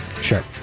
Sure